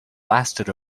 lasted